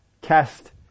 cast